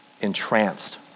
entranced